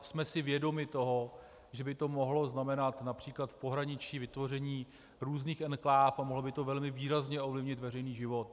Jsme si vědomi toho, že by to mohlo znamenat například v pohraničí vytvoření různých enkláv a mohlo by to velmi výrazně ovlivnit veřejný život.